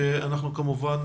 שאנחנו כמובן